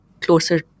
closer